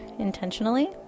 Intentionally